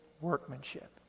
workmanship